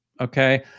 okay